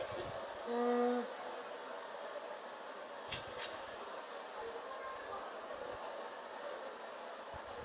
mm